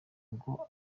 ngo